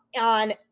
on